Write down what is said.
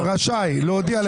לא היית צריך לגייס אותם על